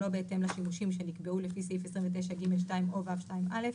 שלא בהתאם לשימושים שנקבעו לפי סעיף 29(ג)(2) או (ו)(2)(א).